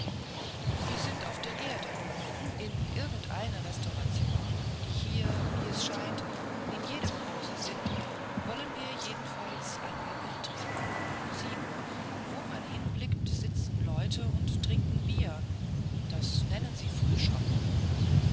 wir sind auf der erde in irgendeine der restaurationen die hier wie es scheint in jedem hause sind wollen wir jedenfalls einmal eintreten sieh nur wo man hinblickt sitzen leute und trinken bier das nennen sie frühschoppen sie